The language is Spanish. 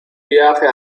viaje